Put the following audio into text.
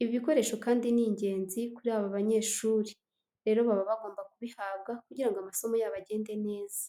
Ibi bikoresho kandi n'ingenzi kuri aba banyeshuri, rero baba bagomba kubihabwa kugira ngo amasomo yabo agende neza.